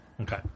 Okay